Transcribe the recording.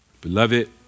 Beloved